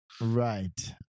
Right